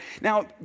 Now